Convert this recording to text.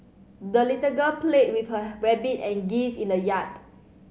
the little girl played with her rabbit and geese in the yard